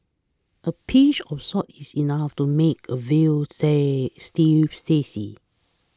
a pinch of salt is enough to make a veal stay stew tasty